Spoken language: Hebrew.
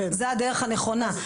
זאת הדרך הנכונה,